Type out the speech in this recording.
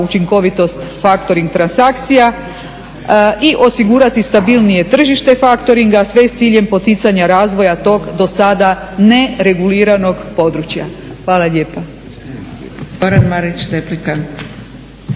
učinkovitost faktoring transakcija i osigurati stabilnije tržište faktoringa, sve s ciljem poticanja razvoja tog do sada nereguliranog područja. Hvala lijepa.